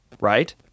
right